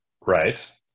Right